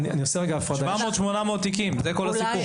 700 800 תיקים, זה כל הסיפור.